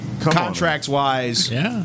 Contracts-wise